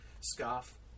scarf